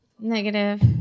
Negative